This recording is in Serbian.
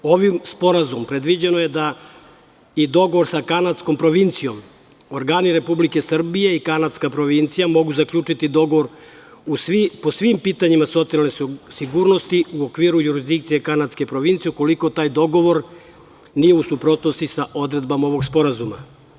Ovim Sporazumom predviđeno je da i dogovor sa kanadskom provincijom organi Republike Srbije i kanadska provincija mogu zaključiti dogovor u svim pitanjima socijalne sigurnosti u okviru jurisdikcije kanadske provincije ukoliko taj dogovor nije u suprotnosti sa odredbama ovog sporazuma.